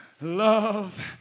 love